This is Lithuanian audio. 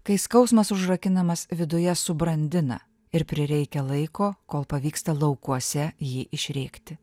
kai skausmas užrakinamas viduje subrandina ir prireikia laiko kol pavyksta laukuose jį išrėkti